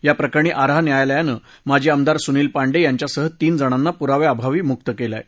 याप्रकरणी आराह न्यायालयानं माजी आमदार सुनील पांडे यांच्यासह तीन जणांना पुराव्या अभावी मुक्त केलं आहे